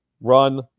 run